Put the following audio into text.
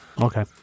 Okay